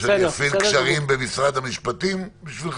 להפעיל קשרים במשרד המשפטים בשבילך?